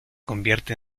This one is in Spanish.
convierte